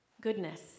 goodness